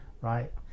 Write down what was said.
right